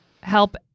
help